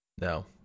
No